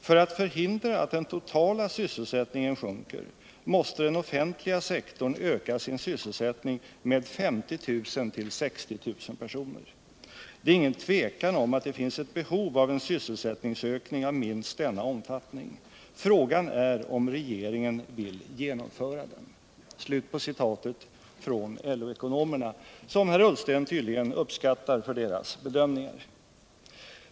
För att förhindra att den totala sysselsättningen sjunker måste den offentliga sektorn öka sin sysselsättning med 50 000-60 000 personer. Det är ingen tvekan om att det finns ett behov av en sysselsättningsökning av minst denna omfattning. Frågan är om regeringen vill genomföra den.” Så skriver LO-ekonomerna, som herr Ullsten tydligen uppskattar för deras bedömningar.